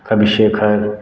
कवि शेखर